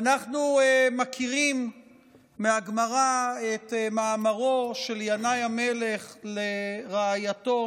אנחנו מכירים מהגמרא את מאמרו של ינאי המלך לרעייתו,